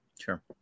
Sure